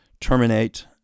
Terminate